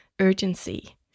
urgency